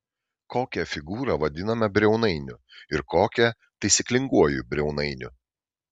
kokią figūrą vadiname briaunainiu ir kokią taisyklinguoju briaunainiu